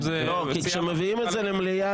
כשמביאים את זה למליאה,